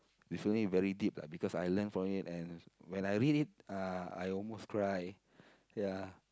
it's only very deep lah because I learn from it and when I read it uh I almost cry ya